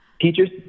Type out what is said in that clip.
Teachers